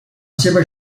seva